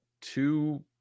two